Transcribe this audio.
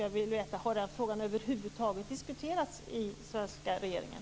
Jag vill veta om denna fråga över huvud taget har diskuterats i den svenska regeringen.